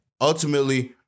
Ultimately